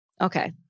Okay